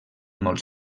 molt